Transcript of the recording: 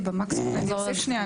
אני אוסיף שנייה.